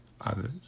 others